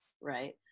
right